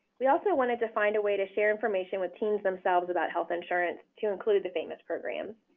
we also wanted to find a way to share information with teens themselves about health insurance to include the famis programs.